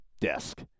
desk